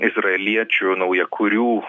izraeliečių naujakurių